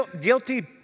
Guilty